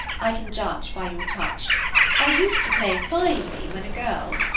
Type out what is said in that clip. i can judge by your touch i used to play finely when a girl.